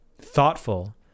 thoughtful